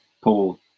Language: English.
paul